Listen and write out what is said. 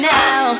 now